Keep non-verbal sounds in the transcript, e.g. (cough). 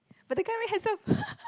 but the guy very handsome (laughs)